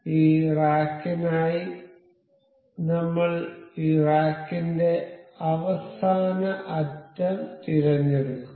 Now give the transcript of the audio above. ഈ റാക്കിനായി നമ്മൾ ഈ റാക്കിന്റെ അവസാന അറ്റം തിരഞ്ഞെടുക്കും